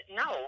no